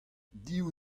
div